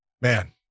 man